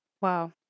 Wow